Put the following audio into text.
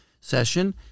session